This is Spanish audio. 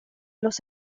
los